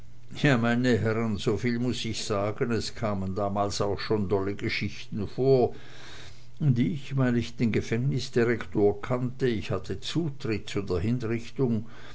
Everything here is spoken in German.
meine herren soviel muß ich sagen es kamen damals auch schon dolle geschichten vor und ich weil ich den gefängnisdirektor kannte ich hatte zutritt zu der hinrichtung